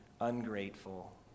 ungrateful